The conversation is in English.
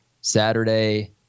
Saturday